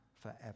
forever